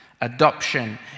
Adoption